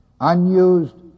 unused